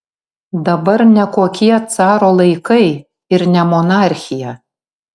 dabar ne kokie caro laikai ir ne monarchija